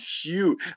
huge